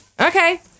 okay